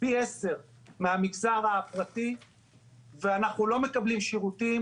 מהמגזר הפרטי ואנחנו לא מקבלים שירותים